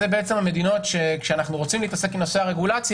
זה המדינות שכאשר אנחנו רוצים להתעסק עם נושא הרגולציה,